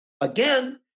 Again